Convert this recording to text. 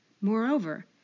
Moreover